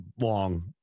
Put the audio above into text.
long